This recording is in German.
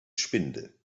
spinde